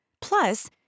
Plus